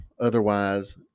Otherwise